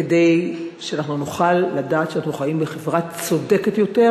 כדי שאנחנו נוכל לדעת שאנחנו חיים בחברה צודקת יותר,